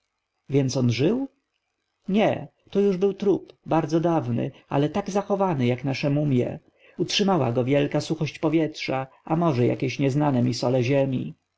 więc on żył nie to już był trup bardzo dawny ale tak zachowany jak nasze mumje utrzymała go wielka suchość powietrza a może nieznane mi sole ziemi